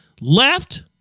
left